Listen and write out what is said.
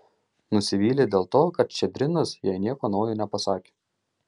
nusivylė dėl to kad ščedrinas jai nieko naujo nepasakė